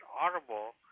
audible